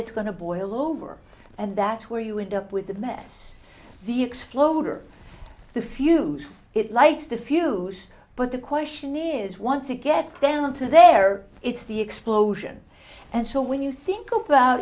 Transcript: it's going to boil over and that's where you end up with a mess the exploder the fuse it likes to fuse but the question is once it gets down to there it's the explosion and so when you think about